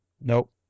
Nope